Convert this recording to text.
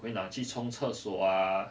我会拿去冲厕所啊